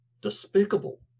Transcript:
despicable